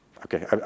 Okay